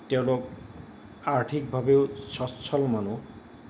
তেওঁলোক আৰ্থিকভাৱেও স্বচ্ছল মানুহ